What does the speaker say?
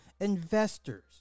investors